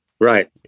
right